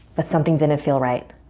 but something didn't feel right.